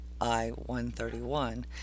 I-131